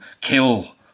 kill